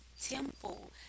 temple